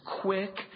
quick